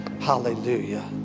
hallelujah